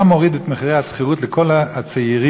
זה היה מוריד את מחירי השכירות לכל הצעירים